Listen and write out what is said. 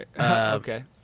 Okay